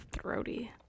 throaty